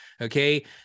Okay